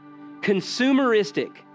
consumeristic